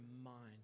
mind